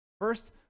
First